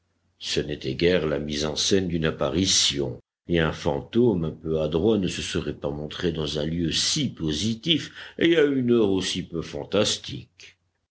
ce n'était guère la mise en scène d'une apparition et un fantôme un peu adroit ne se serait pas montré dans un lieu si positif et à une heure aussi peu fantastique